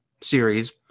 series